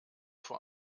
vor